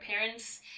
parents